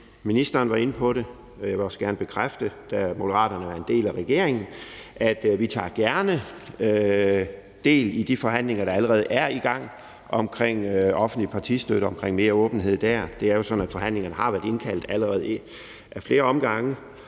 Ministeren var inde på det – og jeg vil også gerne bekræfte det, da Moderaterne er en del af regeringen – at vi gerne tager del i de forhandlinger, der allerede er i gang om offentlig partistøtte og mere åbenhed dér. Det er jo sådan, at der allerede ad flere omgange